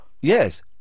Yes